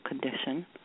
condition